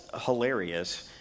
hilarious